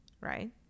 right